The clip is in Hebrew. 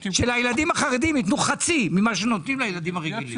מבקש שלילדים החרדים יתנו חצי ממה שנותנים לילדים הרגילים.